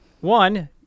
One